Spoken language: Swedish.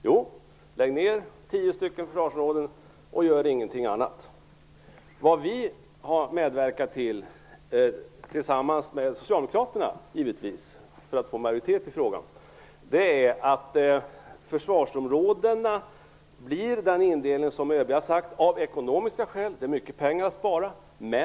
Jo, han säger att man skall lägga ned 10 försvarsområden och inte göra någonting annat. Vad vi medverkar till - givetvis tillsammans med Socialdemokraterna för att få majoritet i frågan - är att försvarsområdena får den indelning som ÖB har förordat av ekonomiska skäl. Det är mycket pengar att spara.